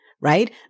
right